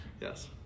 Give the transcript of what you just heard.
Yes